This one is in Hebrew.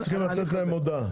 שהם צריכים לתת להם הודעה.